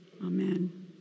amen